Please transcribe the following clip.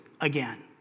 again